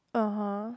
(uh huh)